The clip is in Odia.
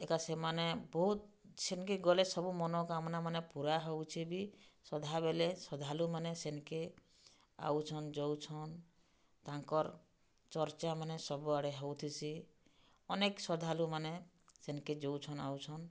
ଏକା ସେମାନେ ବହୁତ୍ ସେନ୍କେ ଗଲେ ସବୁ ମନ କାମ୍ନାମାନେ ପୁରା ହଉଛେ ବି ସଧା ବେଲେ ଶ୍ରଦ୍ଧାଲୁମାନେ ସେନ୍କେ ଆଉଛନ୍ ଯାଉଛନ୍ ତାଙ୍କର୍ ଚର୍ଚ୍ଚାମାନେ ସବୁଆଡ଼େ ହଉଥିସି ଅନେକ୍ ଶ୍ରଦ୍ଧାଲୁମାନେ ସେନ୍କେ ଯୋଉଛନ୍ ଆଉଛନ୍